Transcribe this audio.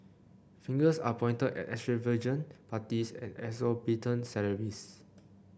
fingers are pointed at extravagant parties and exorbitant salaries